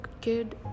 kid